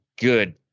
good